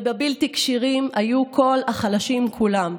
ובבלתי-כשירים היו כל החלשים כולם,